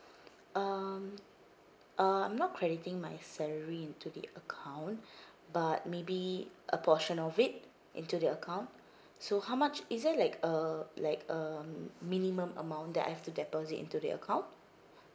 um uh I'm not crediting my salary into the account but maybe a portion of it into the account so how much is there like a like a minimum amount that I have to deposit into the account